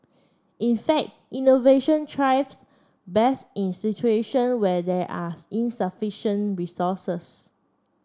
in fact innovation thrives best in situation where there are insufficient resources